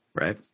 right